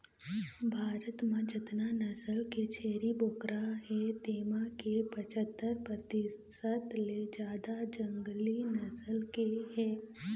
भारत म जतना नसल के छेरी बोकरा हे तेमा के पछत्तर परतिसत ले जादा जंगली नसल के हे